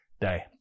day